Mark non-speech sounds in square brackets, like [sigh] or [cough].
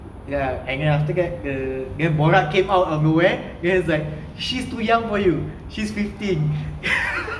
ya and then after that the the borat came out of nowhere then was like she's too young for you she's fifteen [laughs]